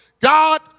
God